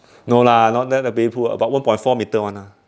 no lah not not the baby pool ah but one point four metre [one] lah